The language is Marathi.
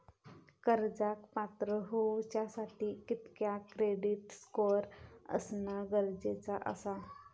कर्जाक पात्र होवच्यासाठी कितक्या क्रेडिट स्कोअर असणा गरजेचा आसा?